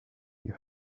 you